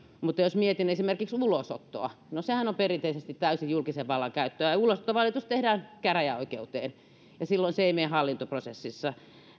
mutta jos mietin esimerkiksi ulosottoa niin no sehän on perinteisesti täysin julkisen vallan käyttöä mutta ulosottovalitus tehdään käräjäoikeuteen ja silloin se ei mene hallintoprosessissa